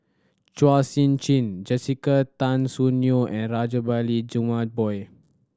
Chua Sian Chin Jessica Tan Soon Neo and Rajabali Jumabhoy